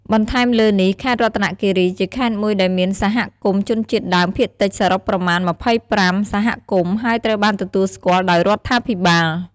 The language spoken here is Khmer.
បន្ថែមលើនេះ ខេត្តរតនគិរីជាខេត្តមួយដែលមានសហគមន៍ជនជាតិដើមភាគតិចសរុបប្រមាណ ម្ភៃប្រាំ សហគមន៍ហើយត្រូវបានទទួលស្គាល់ដោយរដ្ឋាភិបាល។